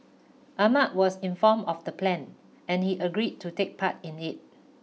Ahmad was informed of the plan and he agreed to take part in it